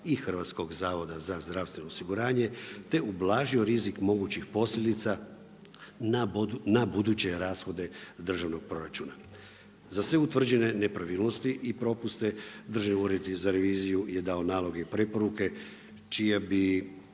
poslovanja zdravstvenih ustanova i HZZO-a, te ublažio rizik mogućih posljedica na buduće rashode državnog proračuna. Za sve utvrđene nepravilnosti, i propuste, Državni ured za reviziju je dao naloge i preporuke čija bi